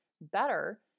better